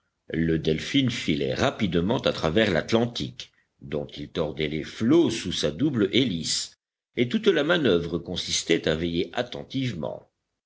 le delphin filait rapidement à travers l'atlantique dont il tordait les flots sous sa double hélice et toute la manœuvre consistait à veiller attentivement